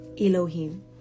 Elohim